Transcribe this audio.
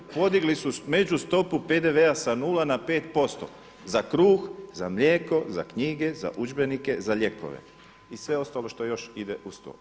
Podigli su međustopu PDV-a sa nula na 5% za kruh, za mlijeko, za knjige, za udžbenike, za lijekove i sve ostalo što još ide uz to.